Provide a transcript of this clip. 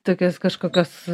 tokios kažkokios